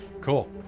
Cool